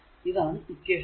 ഇതാണ് ഇക്വേഷൻ 20